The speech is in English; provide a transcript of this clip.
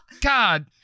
God